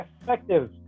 effective